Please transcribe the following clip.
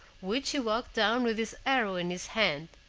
which he walked down with his arrow in his hand.